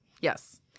Yes